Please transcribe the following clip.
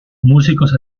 músicos